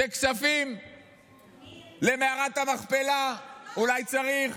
כספים למערת המכפלה אולי צריך,